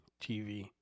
TV